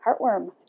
heartworm